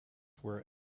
were